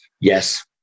Yes